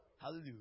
Hallelujah